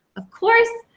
of course.